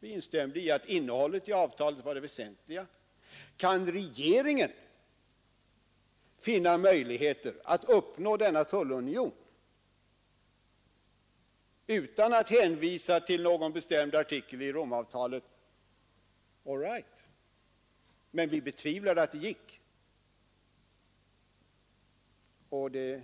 Vi instämde i att innehållet i avtalet var det väsentliga och sade: Kan regeringen finna möjligheter att uppnå denna tullunion utan att hänvisa till någon bestämd artikel i Romavtalet, så all right. Men vi betvivlade att det skulle gå.